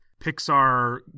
Pixar